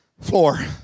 floor